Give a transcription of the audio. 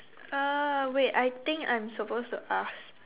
uh wait I think I'm supposed to ask